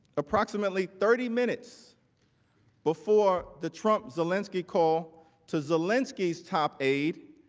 approximately thirty minutes before the trump zelensky call to zelensky's top aid.